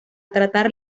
tratar